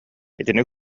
итини